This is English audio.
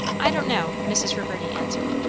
i don't know, mrs. reverdy answered.